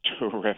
terrific